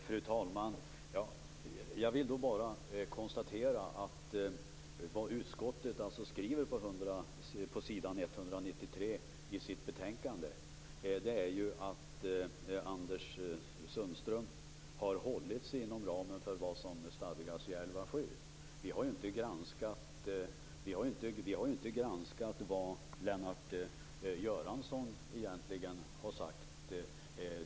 Fru talman! Jag vill bara konstatera att vad utskottet skriver på s. 193 i sitt betänkande är att Anders Sundström har hållit sig inom ramen för vad som stadgas i 11 kap. 7 §. Vi har inte granskat vad Lennart Göransson egentligen har sagt.